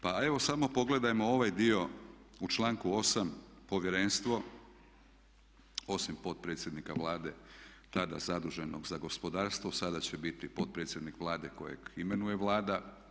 Pa evo samo pogledajmo ovaj dio u članku 8.povjerenstvo osim potpredsjednika Vlade tada zaduženog za gospodarstvo, sada će biti potpredsjednik Vlade kojeg imenuje Vlada.